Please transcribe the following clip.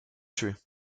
tués